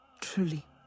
Truly